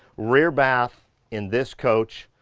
rear bath in this coach.